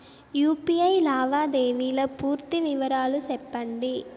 UPI లావాదేవీల పూర్తి వివరాలు సెప్పండి?